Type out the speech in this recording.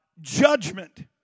judgment